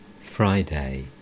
Friday